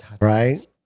Right